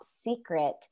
secret